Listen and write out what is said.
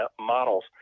models